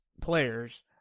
players